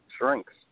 shrinks